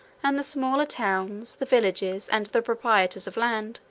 and the smaller towns, the villages, and the proprietors of land,